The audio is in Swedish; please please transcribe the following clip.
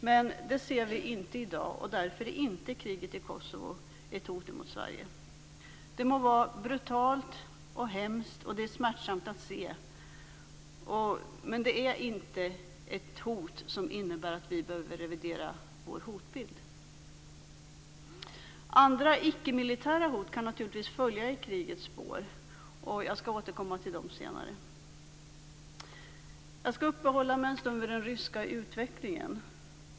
Men det ser vi inte i dag, och därför är inte kriget i Kosovo ett hot mot Sverige. Det må vara brutalt och hemskt, och det är smärtsamt att se, men det är inte ett hot som innebär att vi behöver revidera vår hotbild. Andra icke-militära hot kan naturligtvis följa i krigets spår. Jag skall återkomma till dem senare. Jag skall uppehålla mig en stund vid den ryska utvecklingen.